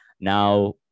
Now